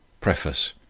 preface